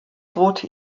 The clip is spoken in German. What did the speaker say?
drohte